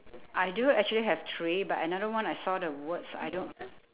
I do actually have three but another one I saw the words I don't